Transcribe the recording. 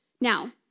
Now